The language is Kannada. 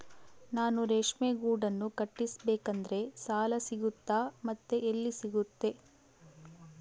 ನಾನು ರೇಷ್ಮೆ ಗೂಡನ್ನು ಕಟ್ಟಿಸ್ಬೇಕಂದ್ರೆ ಸಾಲ ಸಿಗುತ್ತಾ ಮತ್ತೆ ಎಲ್ಲಿ ಸಿಗುತ್ತೆ?